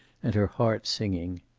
and her heart singing.